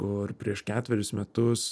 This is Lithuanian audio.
kur prieš ketverius metus